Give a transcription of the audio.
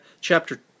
chapter